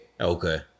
okay